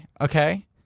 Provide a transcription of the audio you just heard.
Okay